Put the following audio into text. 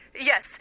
yes